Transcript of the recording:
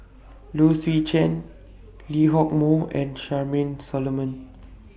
Low Swee Chen Lee Hock Moh and Charmaine Solomon